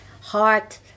heart